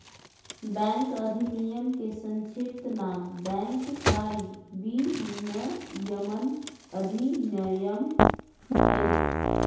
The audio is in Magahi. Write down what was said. बैंक अधिनयम के संक्षिप्त नाम बैंक कारी विनयमन अधिनयम हइ